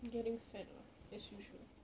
getting fat as usual